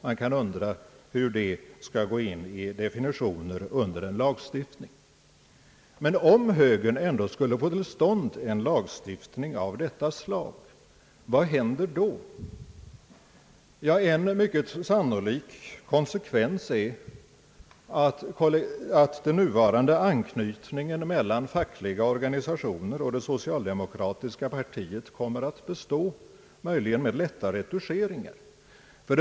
Man kan undra hur det skall gå in i definitioner under en lagstiftning. Men om högern ändå skulle få till stånd en lagstiftning av detta slag — vad händer då? En mycket sannolik konsekvens är att den nuvarande anknytningen mellan fackliga organisationer och socialdemokratiska partiet kommer att bestå, möjligen med lätta retuscheringar.